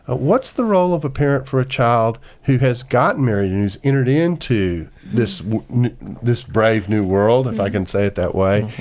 what's the role of a parent for a child who has gotten married and who's entered into this this brave new world, if i can say it that way,